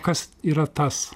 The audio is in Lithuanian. kas yra tas